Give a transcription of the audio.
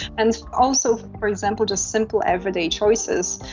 and also, for example, just simple everyday choices.